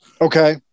Okay